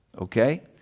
Okay